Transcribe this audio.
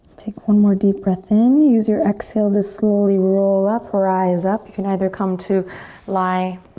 take one more deep breath in. use your exhale to slowly roll up, rise up. you can either come to lie